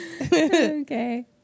okay